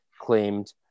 claimed